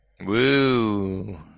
Woo